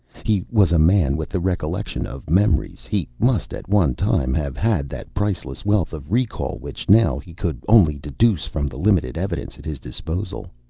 he was a man with the recollection of memories. he must at one time have had that priceless wealth of recall which now he could only deduce from the limited evidence at his disposal.